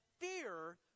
fear